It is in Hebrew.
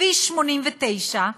כביש 89,